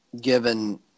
given